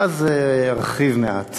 ואז ארחיב מעט